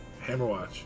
Hammerwatch